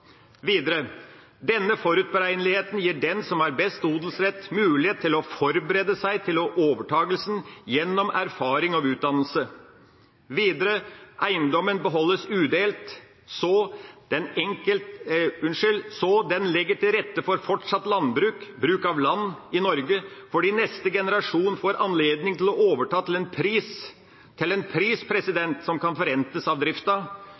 Videre beholdes eiendommen udelt så den legger til rette for fortsatt landbruk, bruk av land, i Norge, fordi neste generasjon får anledning til å overta til en pris som kan forrentes av driften. Odelsretten markerer i dag likestilling mellom kjønnene i relasjon til eierskap og drift av